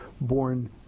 born